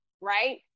right